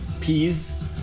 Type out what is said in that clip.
Peas